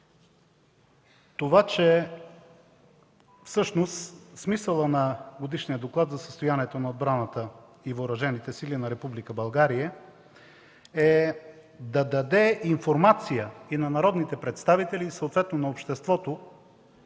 това, че смисълът на Годишния доклад за състоянието на отбраната и Въоръжените сили на Република България е да даде информация на народните представители и съответно на обществото